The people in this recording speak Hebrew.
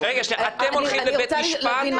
אתם הולכים לבית משפט?